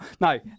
No